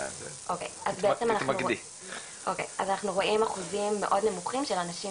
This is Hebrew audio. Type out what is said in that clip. אנחנו רואים אחוזים מאוד נמוכים של אנשים